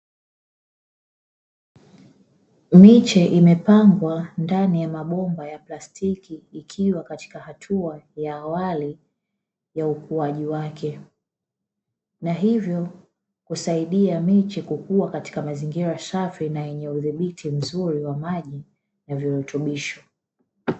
Miche imepangwa ndani ya mabomba ya plastiki ikiwa katika hatua ya awali ya ukuaji wake na hivyo husaidia miche, kukua katika mazingira safi na yenye udhibiti mzuri wa maji na virutubisho.